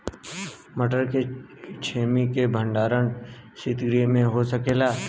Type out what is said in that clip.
मटर के छेमी के भंडारन सितगृह में हो सकेला?